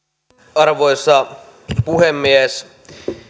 arvoisa puhemies